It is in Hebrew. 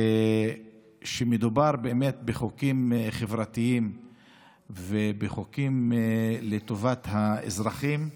כשמדובר באמת בחוקים חברתיים ובחוקים לטובת האזרחים,